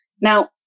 Now